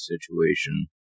situation